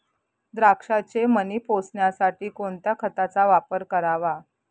द्राक्षाचे मणी पोसण्यासाठी कोणत्या खताचा वापर करावा?